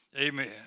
Amen